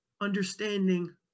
understanding